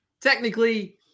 Technically